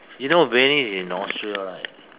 you know Venice is in Austria right